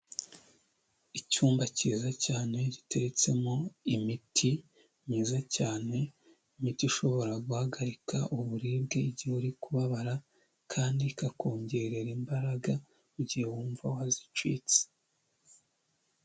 Icyumba cyiza cyane, gitetsemo imiti myiza cyane, imiti ishobora guhagarika uburibwe igihe uri kubabara kandi ikakongerera imbaraga mu gihe wumva wazicitse.